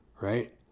Right